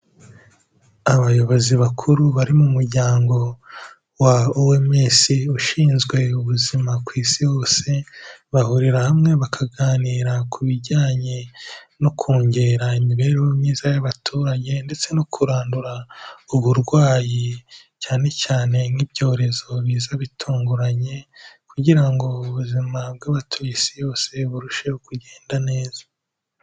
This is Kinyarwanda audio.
Abayobozi bakuru bari mu muryango wa OMS ushinzwe ubuzima ku Isi hose, bahurira hamwe bakaganira ku bijyanye, no kongera imibereho myiza y'abaturage ndetse no kurandura uburwayi cyane cyane nk'ibyorezo biza bitunguranye kugira ngo ubuzima bw'abatuye Isi yose burusheho kugenda neza.